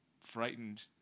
frightened